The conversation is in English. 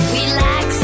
Relax